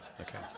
okay